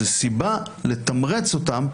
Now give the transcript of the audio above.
זו סיבה לתמרץ אותם,